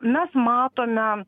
mes matome